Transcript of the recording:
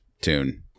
tune